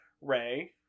ray